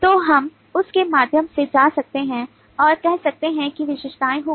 तो हम उस के माध्यम से जा सकते हैं और कह सकते हैं कि ये विशेषताएँ होंगी